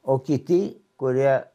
o kiti kurie